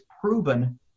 proven